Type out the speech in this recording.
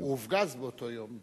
הוא הופגז באותו יום.